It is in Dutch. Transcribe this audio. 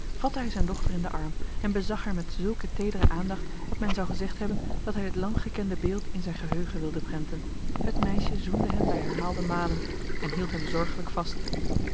vatte hij zijn dochter in de arm en bezag haar met zulke tedere aandacht dat men zou gezegd hebben dat hij dit langgekende beeld in zijn geheugen wilde prenten het meisje zoende hem bij herhaalde malen en hield hem zorgelijk vast